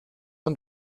und